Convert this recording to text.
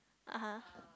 (uh huh)